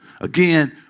Again